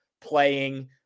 playing